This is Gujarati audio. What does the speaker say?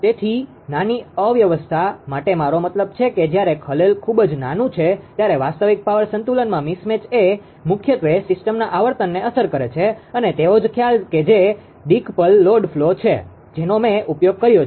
તેથી નાની અવ્યવસ્થા માટે મારો મતલબ છે કે જયારે ખલેલ ખૂબ જ નાનું છે ત્યારે વાસ્તવિક પાવર સંતુલનમાં મિસ મેચ એ મુખ્યત્વે સિસ્ટમના આવર્તનને અસર કરે છે અને તેવો જ ખ્યાલ કે જે ડી કપલ લોડ ફલો છે જેનો મે ઉપયોગ કર્યો છે